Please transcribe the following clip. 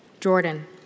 Jordan